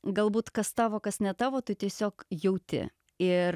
galbūt kas tavo kas ne tavo tu tiesiog jauti ir